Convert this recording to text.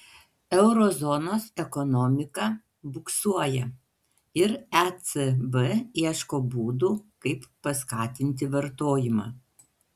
euro zonos ekonomika buksuoja ir ecb ieško būdų kaip paskatinti vartojimą